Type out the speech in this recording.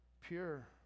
pure